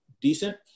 decent